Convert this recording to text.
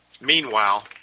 Meanwhile